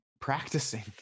practicing